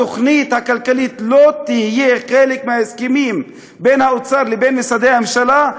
התוכנית הכלכלית לא תהיה חלק מההסכמים בין האוצר לבין משרדי הממשלה,